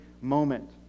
moment